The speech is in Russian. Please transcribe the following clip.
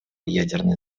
ядерной